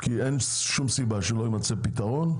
כי אין שום סיבה שלא יימצא פתרון.